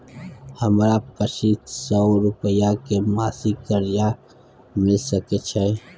हमरा पच्चीस सौ रुपिया के मासिक कर्जा मिल सकै छै?